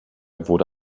wurde